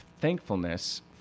thankfulness